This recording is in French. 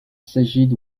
sajid